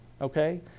okay